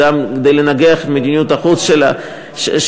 כדי לנגח את מדיניות החוץ של הממשלה.